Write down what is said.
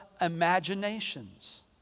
imaginations